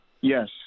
Yes